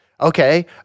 Okay